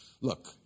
Look